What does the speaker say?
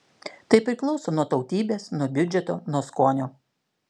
tai priklauso nuo tautybės nuo biudžeto nuo skonio